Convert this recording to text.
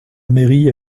mairie